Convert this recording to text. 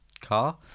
car